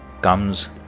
comes